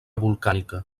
volcànica